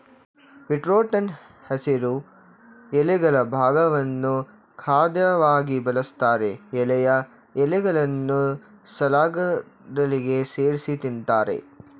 ಬೀಟ್ರೂಟ್ನ ಹಸಿರು ಎಲೆಗಳ ಭಾಗವನ್ನು ಖಾದ್ಯವಾಗಿ ಬಳಸ್ತಾರೆ ಎಳೆಯ ಎಲೆಗಳನ್ನು ಸಲಾಡ್ಗಳಿಗೆ ಸೇರ್ಸಿ ತಿಂತಾರೆ